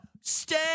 stay